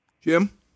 Jim